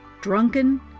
drunken